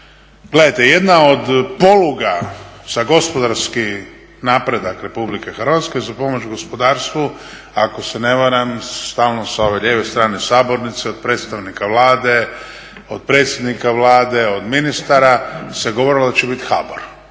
gledajte jedna od poluga za gospodarski napredak RH za pomoć gospodarstvu ako se ne varam stalno sa ove lijeve strane sabornice od predstavnika Vlade, od predsjednika Vlade, od ministara se govorilo da će biti HBOR.